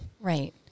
Right